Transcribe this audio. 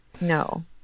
no